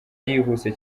yihuse